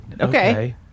Okay